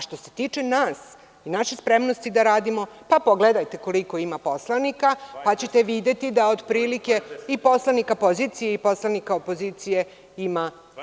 Što se tiče nas i naše spremnosti da radimo, pa pogledajte koliko ima poslanika, pa ćete videti da otprilike i poslanika pozicije i poslanika opozicije ima